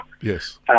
Yes